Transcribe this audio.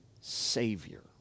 savior